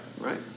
Right